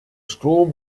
strom